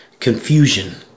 confusion